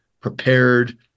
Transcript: prepared